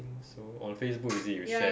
think so on Facebook is it you shared